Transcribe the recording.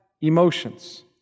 emotions